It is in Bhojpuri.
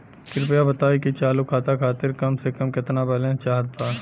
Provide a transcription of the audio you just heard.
कृपया बताई कि चालू खाता खातिर कम से कम केतना बैलैंस चाहत बा